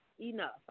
enough